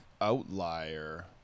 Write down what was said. outlier